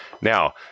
Now